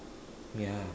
yeah